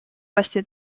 właśnie